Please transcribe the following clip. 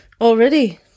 Already